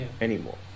anymore